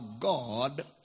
God